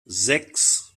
sechs